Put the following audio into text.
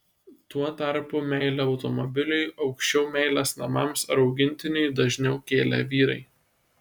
tuo tarpu meilę automobiliui aukščiau meilės namams ar augintiniui dažniau kėlė vyrai